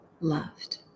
loved